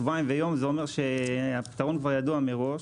שבועיים ויום זה אומר שהפתרון כבר ידוע מראש.